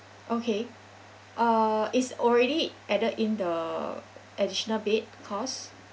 okay uh is already added in the additional bed the cost